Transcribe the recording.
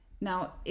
Now